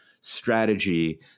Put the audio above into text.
strategy